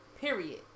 Period